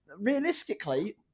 Realistically